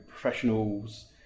professionals